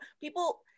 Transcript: people